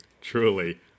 Truly